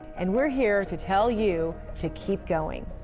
and we're here to tell you to keep going.